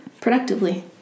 Productively